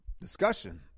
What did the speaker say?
discussion